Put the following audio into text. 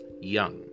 Young